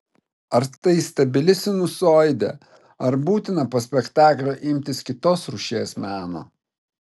ar tai stabili sinusoidė ar būtina po spektaklio imtis kitos rūšies meno